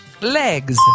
legs